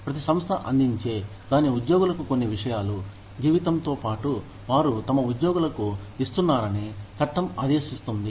ప్రతి సంస్థ అందించే దాని ఉద్యోగులకు కొన్ని విషయాలు జీవితంతో పాటు వారు తమ ఉద్యోగులకు ఇస్తున్నారని చట్టం ఆదేశించింది